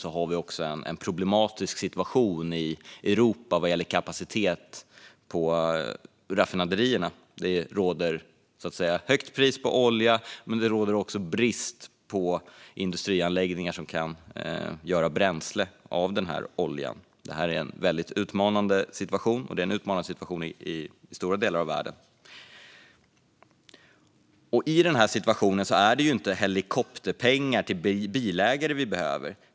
Vi har också en problematisk situation i Europa vad gäller kapacitet på raffinaderierna. Det råder högt pris på olja men också brist på industrianläggningar som kan göra bränsle av oljan. Detta är en väldigt utmanande situation, i stora delar av världen. I denna situation är det inte helikopterpengar till bilägare vi behöver.